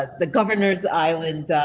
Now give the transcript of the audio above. ah the governor's island.